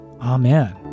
Amen